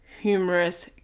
humorous